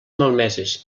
malmeses